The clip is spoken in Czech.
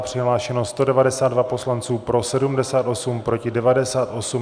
Přihlášeno 192 poslanců, pro 78, proti 98.